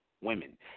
women